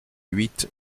huit